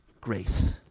grace